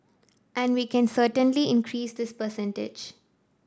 and we can certainly increase this percentage